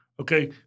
Okay